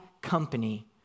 company